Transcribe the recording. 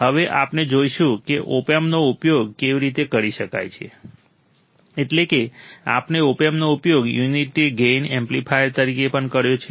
હવે આપણે જોઈશું કે ઓપએમ્પનો ઉપયોગ કેવી રીતે કરી શકાય છે એટલે કે આપણે ઓપએમ્પનો ઉપયોગ યુનિટી ગેઈન એમ્પ્લીફાયર તરીકે પણ કર્યો છે